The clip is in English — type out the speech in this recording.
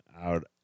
out